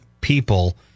people